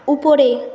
উপরে